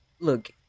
Look